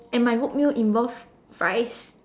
and my good meal involves fries